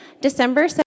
December